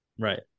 Right